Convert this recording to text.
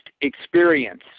experience